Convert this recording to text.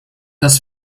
dass